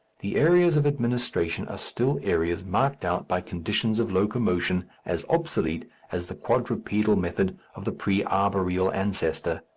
the areas of administration are still areas marked out by conditions of locomotion as obsolete as the quadrupedal method of the pre-arboreal ancestor.